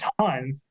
ton